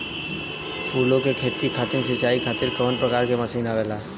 फूलो के खेती में सीचाई खातीर कवन प्रकार के मशीन आवेला?